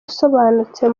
usobanutse